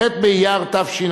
ח' באייר תשע"ב,